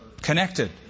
connected